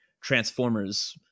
Transformers